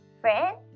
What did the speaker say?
friend